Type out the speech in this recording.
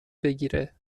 بگیره